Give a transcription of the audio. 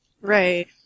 Right